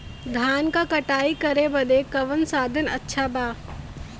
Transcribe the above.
धान क कटाई करे बदे कवन साधन अच्छा बा?